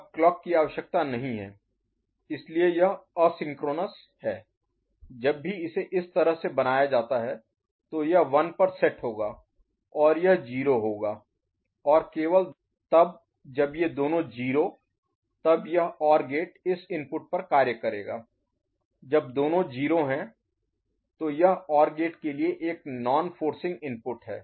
अब क्लॉक की आवश्यकता नहीं है इसीलिए यह असिंक्रोनोस Asynchronous अतुल्यकालिक है जब भी इसे इस तरह से बनाया जाता है तो यह 1 पर सेट होगा और यह 0 होगा और केवल तब जब ये दोनों 0 तब यह OR गेट इस इनपुट पर कार्य करेगा जब दोनों 0 हैं तो यह OR गेट के लिए एक नॉन फोर्सिंग इनपुट है